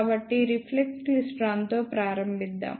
కాబట్టి రిఫ్లెక్స్ క్లైస్ట్రాన్తో ప్రారంభిద్దాం